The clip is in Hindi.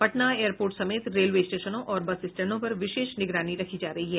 पटना एयरपोर्ट समेत रेलवे स्टेशनों और बस स्टैंडों पर विशेष निगरानी रखी जा रही है